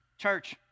Church